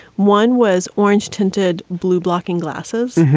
one was orange tinted, blue blocking glasses.